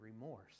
remorse